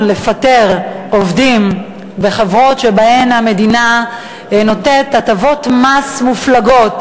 לפטר עובדים בחברות שהמדינה נותנת להן הטבות מס מופלגות.